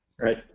Right